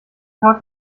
tag